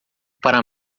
para